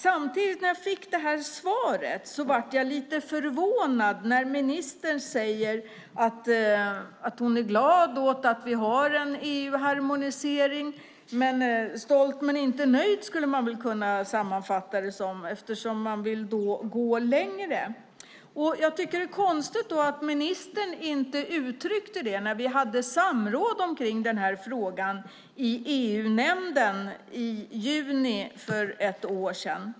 När jag fick svaret blev jag lite förvånad när ministern sade att hon är glad över att vi har en EU-harmonisering. Stolt men inte nöjd, skulle man kunna sammanfatta det som, eftersom man vill gå längre. Det är konstigt att ministern inte uttryckte det när vi hade samråd i frågan i EU-nämnden i juni för ett år sedan.